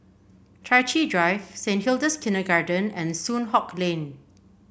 Chai Chee Drive Saint Hilda's Kindergarten and Soon Hock Lane